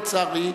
לצערי,